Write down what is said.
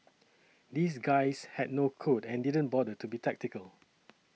these guys had no code and didn't bother to be tactical